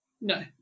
No